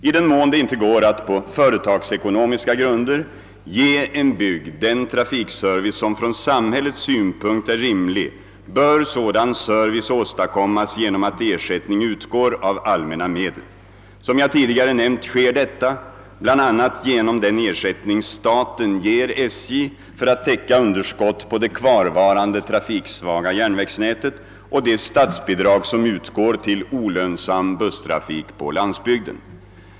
I den mån det inte går att på företagsekonomiska grunder ge en bygd den trafikservice som från samhällets synpunkt är rimlig bör sådan service åstadkommas genom att ersättning utgår av allmänna medel. Som jag tidigare nämnt sker detta bl.a. genom den ersättning staten ger SJ för att täcka underskott på det kvarvarande trafiksvaga järnvägsnätet och de statsbidrag som utgår till olönsam busstrafik på landsbygden.